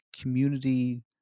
community